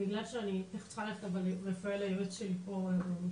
בגלל שאני תיכף צריכה ללכת אבל רפאל היועץ שלי פה אז הוא נשאר,